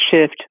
shift